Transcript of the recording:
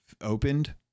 opened